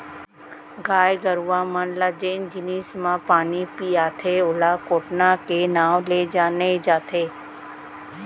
गाय गरूवा मन ल जेन जिनिस म पानी पियाथें ओला कोटना के नांव ले जाने जाथे